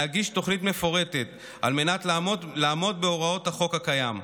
להגיש תוכנית מפורטת על מנת לעמוד בהוראות החוק הקיים.